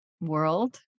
world